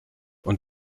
und